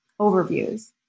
overviews